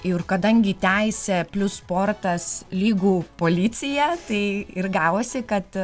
ir kadangi teisė plius sportas lygu policija tai ir gavosi kad